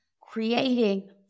creating